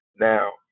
Now